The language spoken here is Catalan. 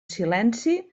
silenci